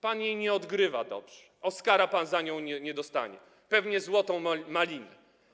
Pan jej nie odgrywa dobrze, Oscara pan za nią nie dostanie, pewnie Złotą Malinę.